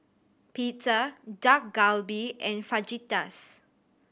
Pizza Dak Galbi and Fajitas